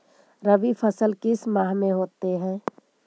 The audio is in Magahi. रवि फसल किस माह में होते हैं?